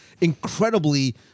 incredibly